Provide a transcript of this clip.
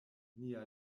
nia